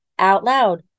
OUTLOUD